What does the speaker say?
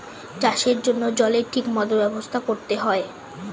চাষের জন্য জলের ঠিক মত ব্যবস্থা করতে হয়